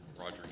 Roger